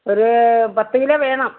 ഒരു പത്ത് കിലോ വേണം